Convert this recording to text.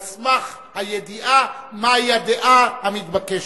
על סמך הידיעה מהי הדעה המתבקשת.